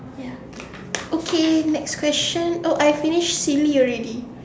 ya okay next question oh I finish silly already